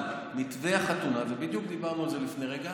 אבל מתווה החתונה ובדיוק דיברנו על זה לפני רגע,